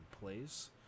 place